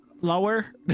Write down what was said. Lower